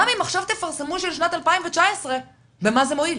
גם אם עכשיו תפרסמו של שנת 2019, במה זה מועיל?